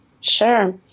Sure